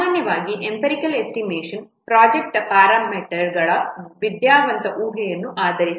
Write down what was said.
ಸಾಮಾನ್ಯವಾಗಿ empirical estimation project ಪ್ಯಾರಾಮೀಟರ್ಗಳ ವಿದ್ಯಾವಂತ ಊಹೆಯನ್ನು ಆಧರಿಸಿದೆ